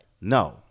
No